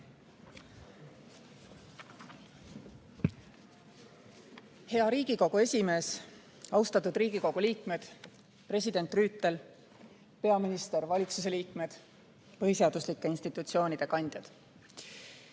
Hea Riigikogu esimees, austatud Riigikogu liikmed, president Rüütel, peaminister, valitsuse liikmed, põhiseaduslike institutsioonide kandjad! Oleme